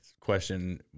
question